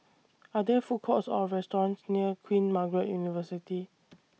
Are There Food Courts Or restaurants near Queen Margaret University